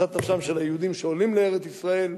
משאת נפשם של היהודים שעולים לארץ-ישראל,